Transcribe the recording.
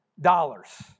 dollars